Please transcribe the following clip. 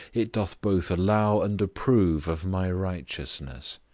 it doth both allow and approve of my righteousness.